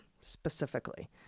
specifically